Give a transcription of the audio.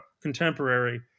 contemporary